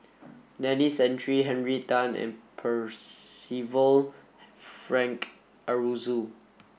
Denis Santry Henry Tan and Percival Frank Aroozoo